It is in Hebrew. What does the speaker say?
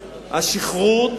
השכרות,